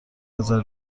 نظر